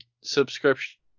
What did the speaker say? subscription